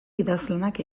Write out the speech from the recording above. idazlanak